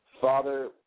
Father